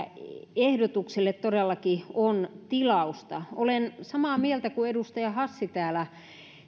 ehdotukselle todellakin on tilausta olen samaa mieltä kuin edustaja hassi joka